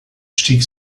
stieg